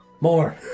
More